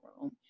room